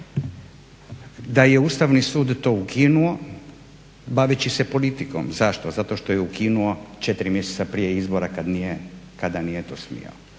da je Ustavni sud to ukinuo baveći se politiko, zašto? Zato što je ukinuo 4 mjeseca prije izbora kad nije to smio.